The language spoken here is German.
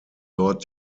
dort